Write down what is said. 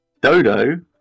Dodo